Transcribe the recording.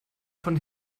von